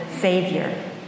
savior